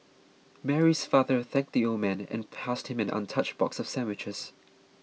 Mary's father thanked the old man and passed him an untouched box of sandwiches